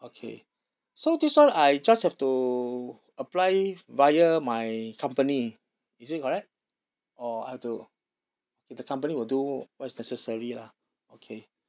okay so this [one] I just have to apply via my company is it correct or I have to us okay the company will do what's necessary lah okay